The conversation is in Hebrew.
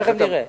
תיכף נראה.